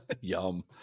Yum